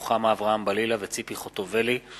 רוחמה אברהם-בלילא וציפי חוטובלי.